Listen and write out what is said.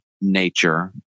nature